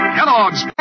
Kellogg's